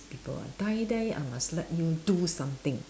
people die die I must let you do something